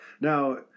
Now